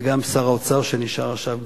וגם שר האוצר נשאר עד עכשיו,